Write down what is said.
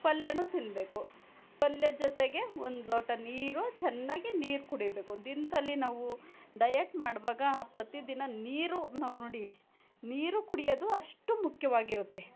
ಪಲ್ಯವೂ ತಿನ್ನಬೇಕು ಪಲ್ಯ ಜೊತೆಗೆ ಒಂದು ಲೋಟ ನೀರು ಚೆನ್ನಾಗಿ ನೀರು ಕುಡಿಬೇಕು ದಿನದಲ್ಲಿ ನಾವು ಡಯಟ್ ಮಾಡುವಾಗ ಪ್ರತಿದಿನ ನೀರು ನಾವು ನೋಡಿ ನೀರು ಕುಡಿಯೋದು ಅಷ್ಟು ಮುಖ್ಯವಾಗಿರುತ್ತೆ